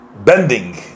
bending